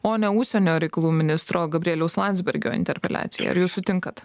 o ne užsienio reikalų ministro gabrieliaus landsbergio interpeliacijai ar jūs sutinkat